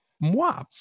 moi